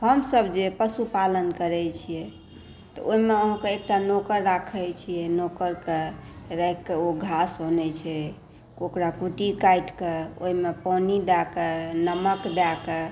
हमसब जे पशुपालन करै छियै तऽ ओहिमे अहाँकेॅं एकटा नोकर राखै छियै नोकरके राखि कऽ ओ घास आनै छै ओकरा कुटी काटि कऽ ओहिमे पानी दए कऽ नमक दए कऽ